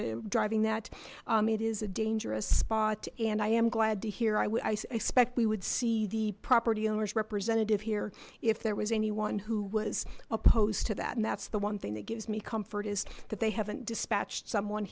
times driving that it is a dangerous spot and i am glad to hear i would expect we would see the property owners representative here if there was anyone who was opposed to that and that's the one thing that gives me comfort is that they haven't dispatched someone